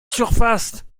surface